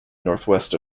northwest